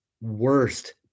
worst